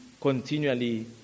continually